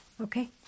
Okay